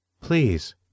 Please